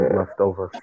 leftover